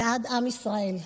בעד עם ישראל.